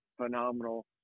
phenomenal